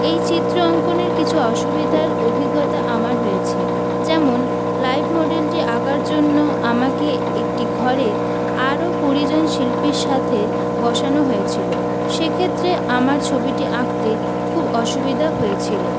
এই চিত্র অঙ্কনের কিছু অসুবিধার অভিজ্ঞতা আমার হয়েছে যেমন লাইভ মডেলটি আঁকার জন্য আমাকে একটি ঘরে আরও কুড়ি জন শিল্পীর সাথে বসানো হয়েছিলো সেক্ষেত্রে আমার ছবিটি আঁকতে খুব অসুবিধা হয়েছিলো